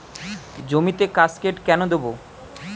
জমিতে কাসকেড কেন দেবো?